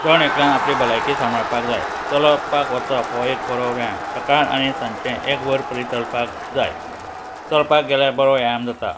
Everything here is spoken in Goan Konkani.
जण एकल्यान आपली भलायकी सांबाळपाक जाय चलपाक वचप हो एक बरो व्यायाम सकाळ आनी सांजचे एक वर तरी चलपाक जाय चलपाक गेल्यार बरो व्यायाम जाता